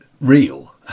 real